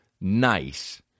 nice